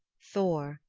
thor,